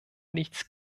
nichts